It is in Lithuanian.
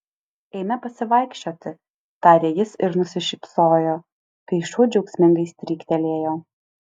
eime pasivaikščioti tarė jis ir nusišypsojo kai šuo džiaugsmingai stryktelėjo